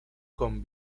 con